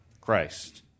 Christ